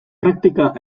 praktika